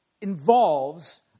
involves